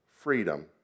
freedom